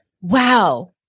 Wow